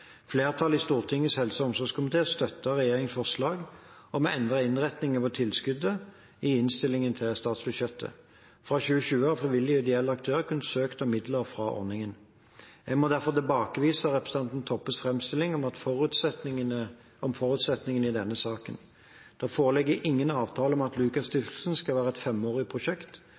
Flertallet i Stortingets helse- og omsorgskomité støttet regjeringens forslag om å endre innretningen på tilskuddet i innstillingen til statsbudsjettet. Fra 2020 har frivillige og ideelle aktører kunnet søke om midler fra ordningen. Jeg må derfor tilbakevise representanten Toppes framstilling av forutsetningene i denne saken. Det foreligger ingen avtale om at Lukas Stiftelsen skal være et femårig prosjekt.